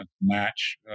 match